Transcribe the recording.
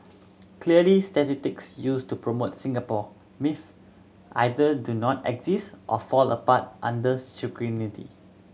clearly statistics used to promote Singapore myth either do not exist or fall apart under scrutiny